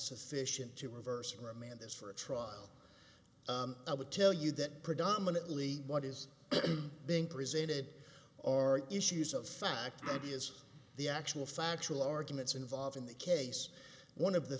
sufficient to reverse remand this for a trial i would tell you that predominantly what is being presented are issues of fact that is the actual factual arguments involved in the case one of the